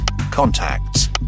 contacts